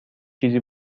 چیزی